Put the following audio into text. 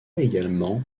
également